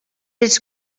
els